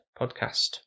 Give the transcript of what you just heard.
Podcast